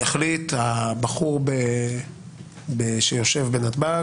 יחליט: הבחור שיושב בנתב"ג,